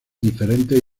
diferentes